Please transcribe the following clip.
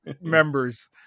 members